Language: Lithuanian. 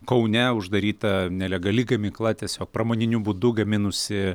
kaune uždaryta nelegali gamykla tiesiog pramoniniu būdu gaminusi